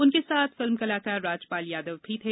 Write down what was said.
उनके साथ फिल्म कलाकार राजपाल यादव भी थे